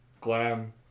glam